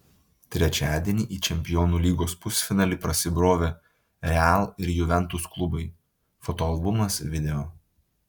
trečiadienį į čempionų lygos pusfinalį prasibrovė real ir juventus klubai fotoalbumas video